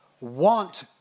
want